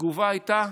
התגובה הייתה: